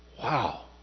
Wow